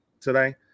today